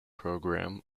program